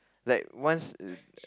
like once